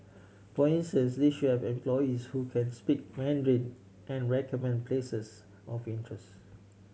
for instance they should have employees who can speak Mandarin and recommend places of interest